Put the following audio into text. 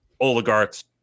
oligarchs